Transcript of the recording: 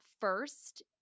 first